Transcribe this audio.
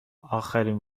آخرین